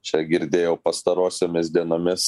čia girdėjau pastarosiomis dienomis